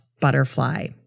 Butterfly